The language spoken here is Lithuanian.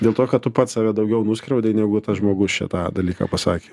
dėl to kad tu pats save daugiau nuskriaudei negu tas žmogus čia tą dalyką pasakė